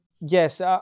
Yes